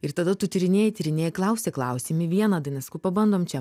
ir tada tu tyrinėji tyrinėji klausi klausi imi vieną dainą sakau pabandom čia